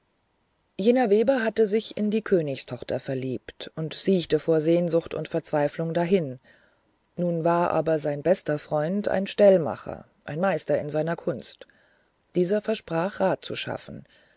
jener weber hatte sich in die königstochter verliebt und siechte vor sehnsucht und verzweiflung dahin nun war aber sein bester freund ein stellmacher ein meister in seiner kunst dieser versprach rat zu schaffen